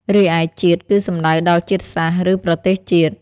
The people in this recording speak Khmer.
រីឯ «ជាតិ» គឺសំដៅដល់ជាតិសាសន៍ ឬប្រទេសជាតិ។